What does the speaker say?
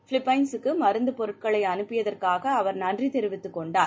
பிலிப்பைன்சுக்கு மருந்துப் பொருட்களை அனுப்பியதற்காக அவர் நன்றி தெரிவித்துக் கொண்டார்